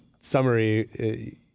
summary